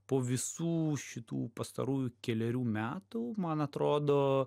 po visų šitų pastarųjų kelerių metų man atrodo